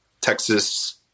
Texas